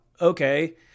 Okay